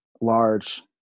large